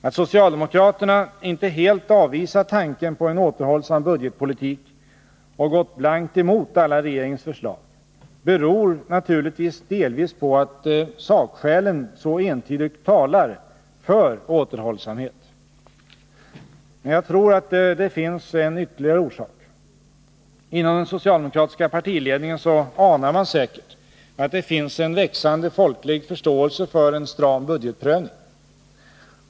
Att socialdemokraterna inte helt avvisat tanken på en återhållsam budgetpolitik och gått blankt emot alla regeringens förslag beror naturligtvis 9 delvis på att sakskälen så entydigt talar för återhållsamhet. Men jag tror att det finns en ytterligare orsak. Inom den socialdemokratiska partiledningen anar man säkert att det finns en växande folklig förståelse för en stram budgetprövning.